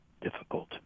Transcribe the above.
difficult